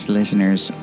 listeners